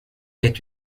est